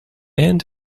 end